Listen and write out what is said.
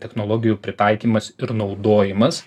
technologijų pritaikymas ir naudojimas